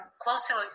closely